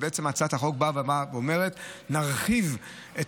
בעצם הצעת החוק באה ואומרת: נרחיב את